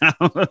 now